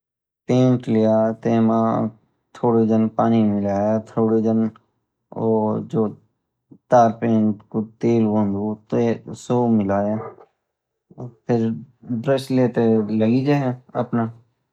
पेंट लिया तेमा थोडू जान पानी मिला थोडोजन तारपीन का तेल होन्दु सु मिलाया और फिर ब्रश लेते लगी जाया अपना